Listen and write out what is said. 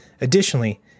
Additionally